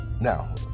Now